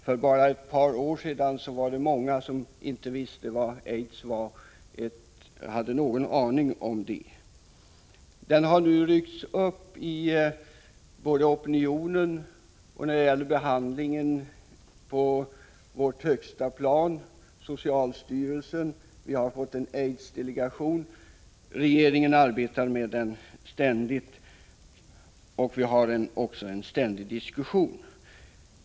För bara ett par år sedan var det många som inte hade någon aning om vad aids var. Frågan har nu aktualiserats, både av opinionen och på högsta plan. Det har tillsatts en aidsdelegation. Regeringen arbetar oavbrutet med frågan, socialstyrelsen är inkopplad och det pågår en ständig diskussion.